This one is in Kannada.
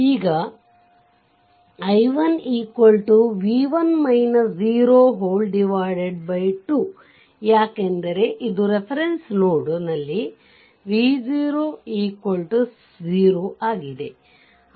ಈಗ i1 2 ಯಾಕೆಂದರೆ ಅದು ರೆಫೆರೆಂಸ್ ನೋಡ್ ನಲ್ಲಿ v 00 ಆಗಿದೆ